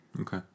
Okay